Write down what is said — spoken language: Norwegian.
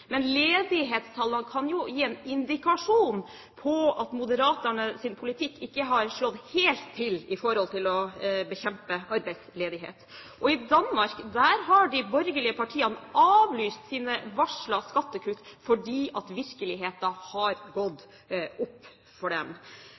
men ledighetstallene kan jo gi en indikasjon på at Moderaternas politikk ikke har slått helt til når det gjelder å bekjempe arbeidsledighet. I Danmark har de borgerlige partiene avlyst sine varslede skattekutt fordi virkeligheten har gått